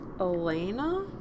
Elena